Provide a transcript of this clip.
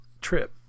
trip